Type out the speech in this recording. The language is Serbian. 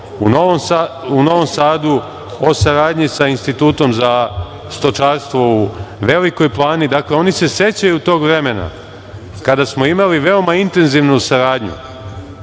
u Novom Sadu, o saradnji sa institutom za stočarstvo u Velikoj Plani. Oni se sećaju tog vremena kad smo imali veoma intenzivnu saradnju